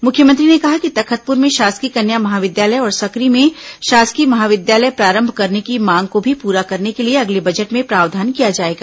मुख्यमंत्री ने कहा कि तखतपुर में शासकीय कन्या महाविद्यालय और सकरी में शासकीय महाविद्यालय प्रारंभ करने की मांग को भी प्ररा करने के लिए अगले बजट में प्रावधान किया जाएगा